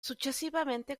successivamente